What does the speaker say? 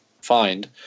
find